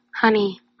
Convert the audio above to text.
honey